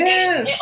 Yes